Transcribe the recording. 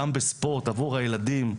גם בספורט עבור הילדים,